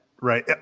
Right